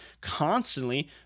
constantly